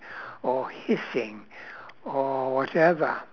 or hissing or whatever